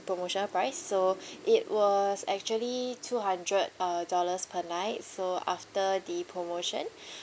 promotional price so it was actually two hundred uh dollars per night so after the promotion